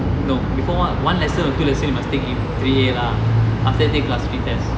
no before one lesson or two lesson you must take a three a lah after then take class three test